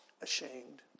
ashamed